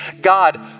God